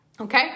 Okay